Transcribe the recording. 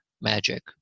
magic